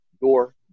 door